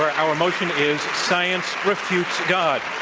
our our motion is science refutes god.